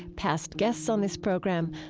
past guests on this program,